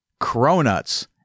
Cronuts